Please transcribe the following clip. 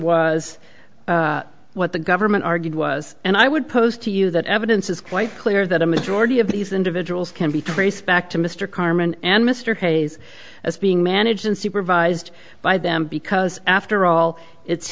was what the government argued was and i would pose to you that evidence is quite clear that a majority of these individuals can be traced back to mr carmine and mr hayes as being managed unsupervised by them because after all it's